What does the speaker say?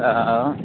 हां